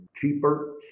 cheaper